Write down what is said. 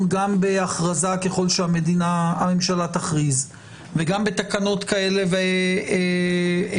גם בהכרזה ככל שהממשלה תכריז וגם בתקנות כאלה ואחרות.